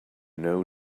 know